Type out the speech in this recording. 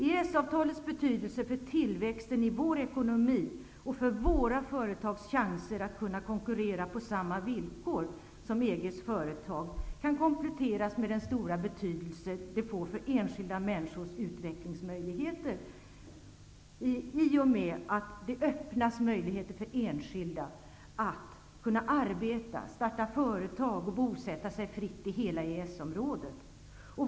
EES-avtalets betydelse för tillväxten i vår ekonomi och för våra företags chanser att kunna konkurrera på samma villkor som EG-företag, kan kompletteras med den stora betydelse avtalet får för enskilda människors utvecklingsmöjligheter. Det öppnas ju möjligheter för enskilda att arbeta, starta företag och bosätta sig fritt i hela EES området.